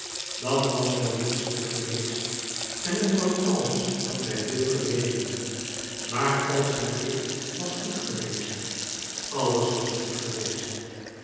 dat was wel menschelijk geweest en om dat alles had hij veel geleden maar al zijn leed was goed geweest alles was goed geweest